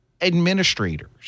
administrators